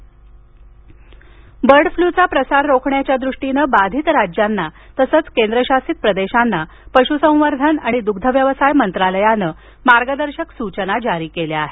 bird flu bird फ्लूचा प्रसार रोखण्याच्या दृष्टीनं बाधित राज्यांना तसंच केंद्रशासित प्रदेशांना पशुसंवर्धन आणि दुग्धव्यवसाय मंत्रालयानं मार्गदर्शक सूचना जारी केल्या आहेत